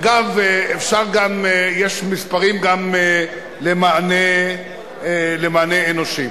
אגב, יש גם מספרים למענה אנושי.